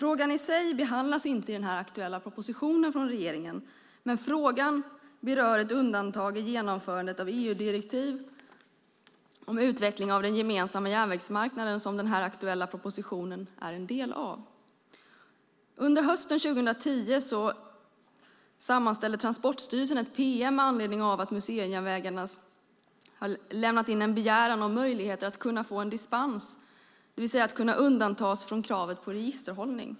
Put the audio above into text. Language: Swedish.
Frågan i sig behandlas inte i den aktuella propositionen från regeringen, men frågan berör ett undantag i genomförandet av EU-direktiv om utveckling av den gemensamma järnvägsmarknaden som den aktuella propositionen är en del av. Under hösten 2010 sammanställde Transportstyrelsen ett pm med anledning av att museijärnvägarna lämnat in en begäran om möjligheter att få dispens, det vill säga att kunna undantas från kravet på registerhållning.